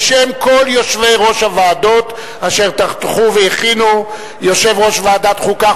בשם כל יושבי-ראש הוועדות אשר טרחו והכינו: יושב-ראש ועדת החוקה,